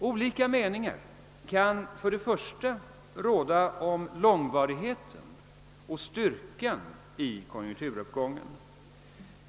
Olika meningar kan först och främst råda om långvarigheten av och styrkan i konjunkturuppgången.